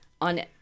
on